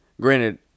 granted